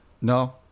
No